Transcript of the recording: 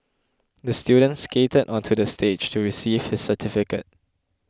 the student skated onto the stage to receive his certificate